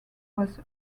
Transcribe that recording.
was